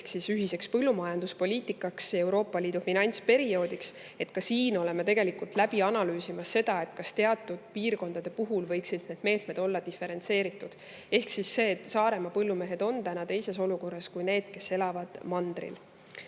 ehk ühiseks põllumajanduspoliitikaks, Euroopa Liidu finantsperioodiks. Ka siin oleme tegelikult läbi analüüsimas seda, kas teatud piirkondade puhul võiksid need meetmed olla diferentseeritud. Saaremaa põllumehed on täna teises olukorras kui need, kes elavad mandril.